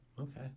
Okay